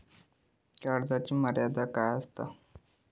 कर्जाची मर्यादा काय असता?